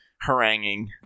haranguing